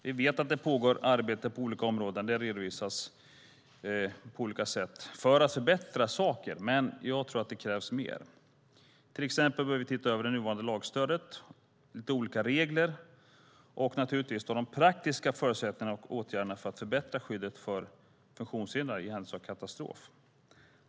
Vi vet att det pågår arbete på olika områden - det redovisas på olika sätt - för att förbättra saker, men jag tror att det krävs mer. Till exempel behöver vi titta över det nuvarande lagstödet liksom olika regler och naturligtvis de praktiska förutsättningarna och åtgärderna för att förbättra skyddet för funktionshindrade i händelse av katastrofer.